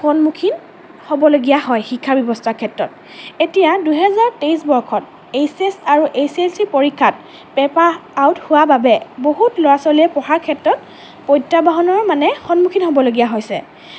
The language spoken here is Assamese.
সন্মুখীন হ'বলগীয়া হয় শিক্ষাব্যৱস্থাৰ ক্ষেত্ৰত এতিয়া দুহেজাৰ তেইছ বৰ্ষত এইছ এছ আৰু এইছ এছ এল ছি পৰীক্ষাত পেপাৰ আউট হোৱা বাবে বহুত ল'ৰা ছোৱালীয়ে পঢ়াৰ ক্ষেত্ৰত প্ৰত্যাহ্বানৰ মানে সন্মুখীন হ'বলগীয়া হৈছে